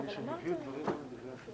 חברי הכנסת, אני מתכבד לחדש את